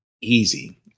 easy